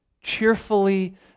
cheerfully